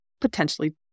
potentially